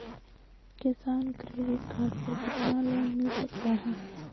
किसान credit card पर कितना लोंन मिल सकता है?